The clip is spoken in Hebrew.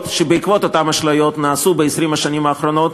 שנעשו בעקבות אותן אשליות ב-20 השנים האחרונות,